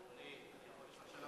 אדוני, אני יכול לשאול שאלה, בבקשה?